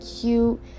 cute